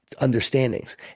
understandings